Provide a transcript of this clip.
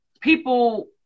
people